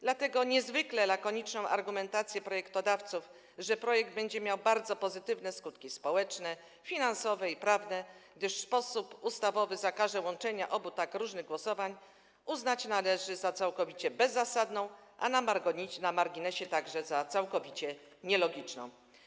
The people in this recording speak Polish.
Dlatego niezwykle lakoniczną argumentację projektodawców, że projekt będzie miał bardzo pozytywne skutki społeczne, finansowe i prawne, gdyż w sposób ustawowy zakaże łączenia obu tak różnych głosowań, uznać należy za całkowicie bezzasadną, a na marginesie - także za całkowicie nielogiczną.